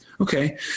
Okay